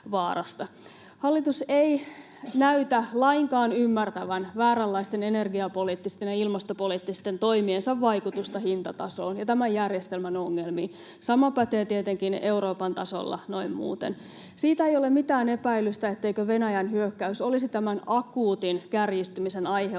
Hallitus ei näytä lainkaan ymmärtävän vääränlaisten energiapoliittisten ja ilmastopoliittisten toimiensa vaikutusta hintatasoon ja tämän järjestelmän ongelmiin. Sama pätee tietenkin Euroopan tasolla noin muuten. Siitä ei ole mitään epäilystä, etteikö Venäjän hyökkäys olisi tämän akuutin kärjistymisen aiheuttaja,